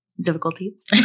difficulties